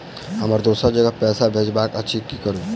हमरा दोसर जगह पैसा भेजबाक अछि की करू?